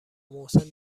محسن